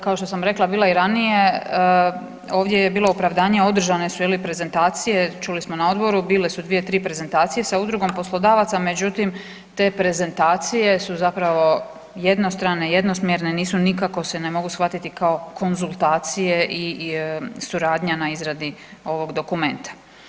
Kao što sam rekla bila i ranije ovdje je bilo opravdanje održane su je li prezentacije, čuli smo na odgovoru, bile su 2-3 prezentacije sa udrugom poslodavaca međutim te prezentacije su zapravo jednostrane, jednosmjerne, nisu nikako se ne mogu shvatiti kao konzultacije i suradnja na izradi ovog dokumenta.